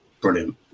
Brilliant